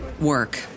work